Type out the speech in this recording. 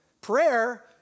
prayer